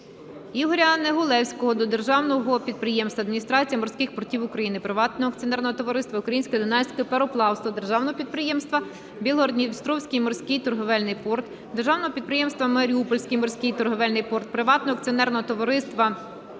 Ігоря Негулевського до Державного підприємства "Адміністрація морських портів України", Приватного акціонерного товариства "Українське Дунайське Пароплавство", Державного підприємства «Білгород-Дністровський морський торговельний порт", Державного підприємства "Маріупольський морський торговельний порт", Приватного акціонерного товариства